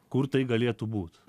kur tai galėtų būt